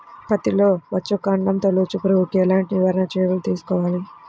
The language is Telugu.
పత్తిలో వచ్చుకాండం తొలుచు పురుగుకి ఎలాంటి నివారణ చర్యలు తీసుకోవాలి?